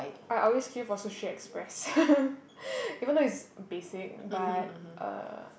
I always queue for Sushi-Express even though it's basic but uh